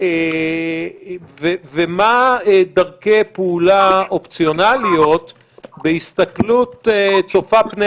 ומה דרכי פעולה אופציונליות בהסתכלות צופה פני